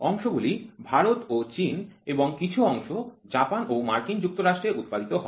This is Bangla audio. অংশগুলি ভারত ও চীন এবং কিছু অংশ জাপান ও মার্কিন যুক্তরাষ্ট্রে উৎপাদিত হয়